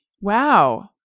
wow